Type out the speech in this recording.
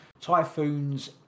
Typhoons